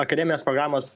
akademijos programos